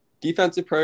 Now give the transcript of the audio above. Defensive